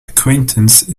acquaintance